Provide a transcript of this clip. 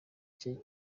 cye